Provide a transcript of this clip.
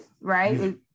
right